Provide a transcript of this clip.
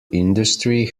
industry